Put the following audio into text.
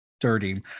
dirty